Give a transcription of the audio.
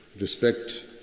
respect